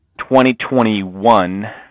2021